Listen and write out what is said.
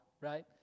right